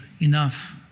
enough